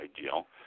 ideal